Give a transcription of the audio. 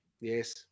Yes